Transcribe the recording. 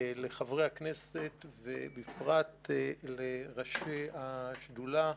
לחברי הכנסת ובפרט לראשי השדולה,